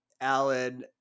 Alan